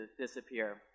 disappear